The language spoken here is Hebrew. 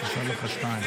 אני אתן לך שתיים.